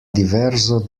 diverso